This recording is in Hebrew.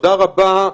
תודה רבה.